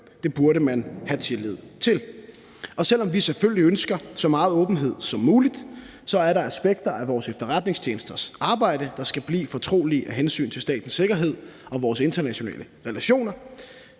det burde man have tillid til. Selv om vi selvfølgelig ønsker så meget åbenhed som muligt, er der aspekter af vores efterretningstjenesters arbejde, der skal forblive fortrolige af hensyn til statens sikkerhed og vores internationale relationer.